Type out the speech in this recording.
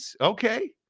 Okay